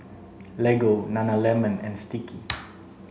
Lego Nana lemon and Sticky